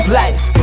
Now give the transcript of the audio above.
life